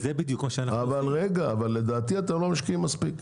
אבל לדעתי אתם לא משקיעים מספיק.